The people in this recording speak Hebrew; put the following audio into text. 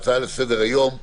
הצעה לסדר-היום בנושא: